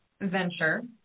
venture